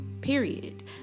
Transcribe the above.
period